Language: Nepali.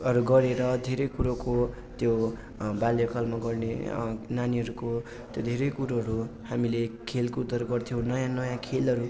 हरू गरेर धेरै कुरोको त्यो बाल्यकालमा गर्ने नानीहरूको त्यो धेरै कुरोहरू हामीले खेलकुदहरू गर्थ्यौँ नयाँ नयाँ खेलहरू